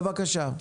בבקשה.